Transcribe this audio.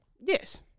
Yes